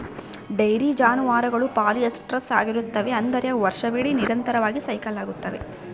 dairy ಜಾನುವಾರುಗಳು polyestrous ಆಗಿರುತ್ತವೆ, ಅಂದರೆ ಅವು ವರ್ಷವಿಡೀ ನಿರಂತರವಾಗಿ ಸೈಕಲ್ ಆಗುತ್ತವೆ